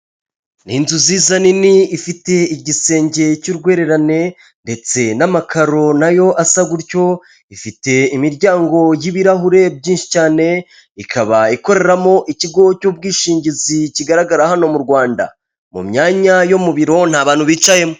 Ni inzuzi nini ifite igisenge cy'urwererane ndetse n'amakaro na yo asa gutyo, ifite imiryango y'ibirahure byinshi cyane, ikaba ikoreramo ikigo cy'ubwishingizi kigaragara hano mu Rwanda, mu myanya yo mu biro nta bantu bicayemo.